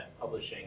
publishing